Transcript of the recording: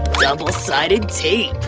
double-sided tape!